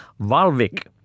Valvik